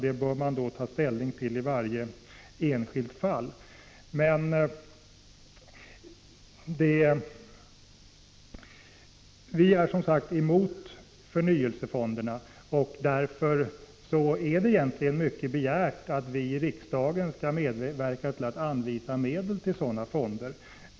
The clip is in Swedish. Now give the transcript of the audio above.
Detta bör man bedöma i varje enskilt fall. Vi är som sagt emot förnyelsefonderna, och därför är det egentligen mycket begärt att vi i riksdagen skulle medverka till att anvisa medel till sådana fonder.